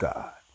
God